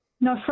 No